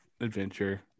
adventure